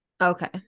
Okay